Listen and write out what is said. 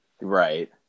right